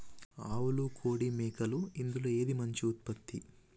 ఆవులు కోడి మేకలు ఇందులో ఏది మంచి ఉత్పత్తి?